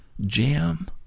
jam